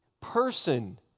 person